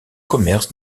commerce